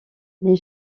les